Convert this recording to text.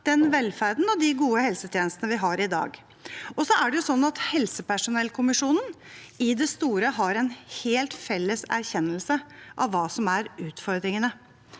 den velferden og de gode helsetjenestene vi har i dag. Helsepersonellkommisjonen har i det store en helt felles erkjennelse av hva som er utfordringene.